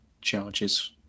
charges